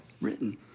written